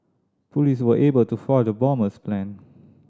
police were able to foil the bomber's plan